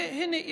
הינה,